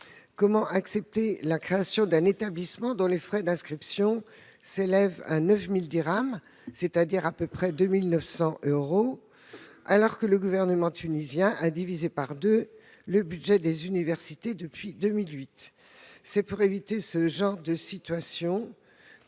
Comment accepter la création d'un établissement, dont les frais d'inscription s'élèvent à 9 000 dinars, c'est-à-dire à peu près 2 900 euros, alors que le gouvernement tunisien a divisé par deux le budget des universités depuis 2008 ?